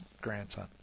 grandson